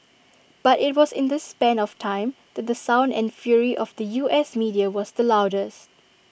but IT was in this span of time that the sound and fury of the U S media was the loudest